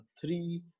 three